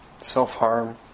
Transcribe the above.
self-harm